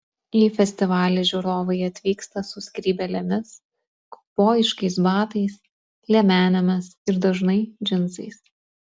į festivalį žiūrovai atvyksta su skrybėlėmis kaubojiškais batais liemenėmis ir dažnai džinsais